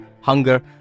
hunger